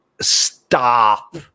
stop